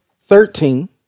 Thirteen